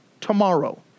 tomorrow